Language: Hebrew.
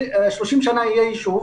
שעוד 30 שנה יהיה יישוב,